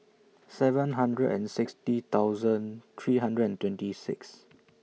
seven hundred and sixty thousand three hundred and twenty six